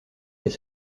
les